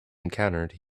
encountered